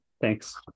Thanks